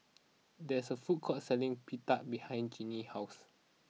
there is a food court selling Pita behind Ginny's house